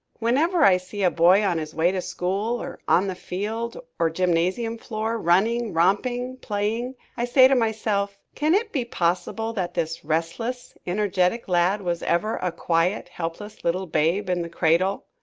whenever i see a boy on his way to school, or on the field or gymnasium floor, running, romping, playing, i say to myself, can it be possible that this restless, energetic lad was ever a quiet, helpless little babe in the cradle!